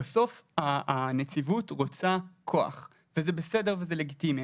בסוף הנציבות רוצה כוח, וזה בסדר וזה לגיטימי.